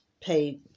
pay